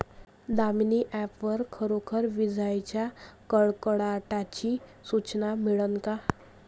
Damini app वर खरोखर विजाइच्या कडकडाटाची सूचना मिळन का?